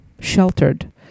sheltered